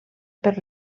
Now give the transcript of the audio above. per